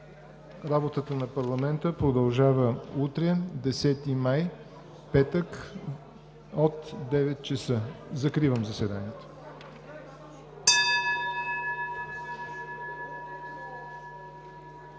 Работата на парламента продължава утре, 10 май 2019 г., петък, от 9,00 ч. Закривам заседанието.